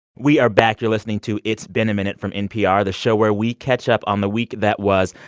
we are back. you're listening to it's been a minute from npr, the show where we catch up on the week that was.